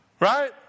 Right